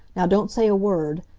now don't say a word!